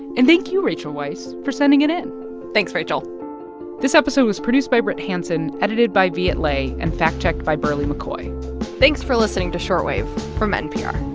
and thank you, rachel weiss, for sending it in thanks, rachel this episode was produced by brit hanson, edited by viet le and fact-checked by berly mccoy thanks for listening to short wave from npr